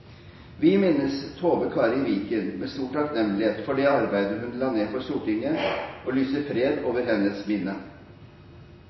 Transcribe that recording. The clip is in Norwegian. Vi minnes Tove Kari Viken med stor takknemlighet for det arbeidet hun la ned for Stortinget, og lyser